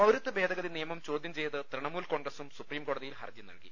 പൌരത്വ ഭേദഗതി നിയമം ചോദ്യം ചെയ്ത് തൃണമൂൽ കോൺഗ്രസും സുപ്രീംകോടതിയിൽ ഹർജി നൽകി